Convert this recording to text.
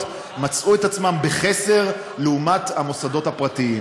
מצאו את עצמן בחסר לעומת המוסדות הפרטיים,